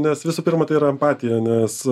nes visų pirma tai yra empatija nes